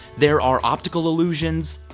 there are optical illusions,